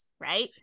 right